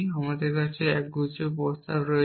আমাদের কাছে একগুচ্ছ প্রস্তাব রয়েছে